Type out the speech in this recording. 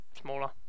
smaller